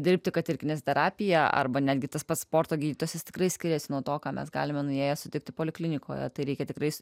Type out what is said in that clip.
dirbti kad ir kineziterapiją arba netgi tas pats sporto gydytojas tikrai skiriasi nuo to ką mes galime nuėję sutikti poliklinikoje tai reikia tikrais